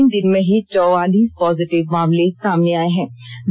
पिछले तीन दिन में ही चौवालिस पॉजिटिव मामले सामने आए हैं